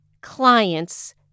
clients